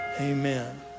amen